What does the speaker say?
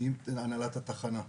עם הנהלת התחנה.